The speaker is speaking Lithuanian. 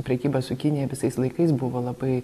prekyba su kinija visais laikais buvo labai